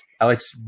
Alex